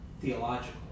theological